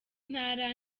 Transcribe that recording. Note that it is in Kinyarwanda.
ntara